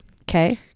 Okay